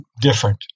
different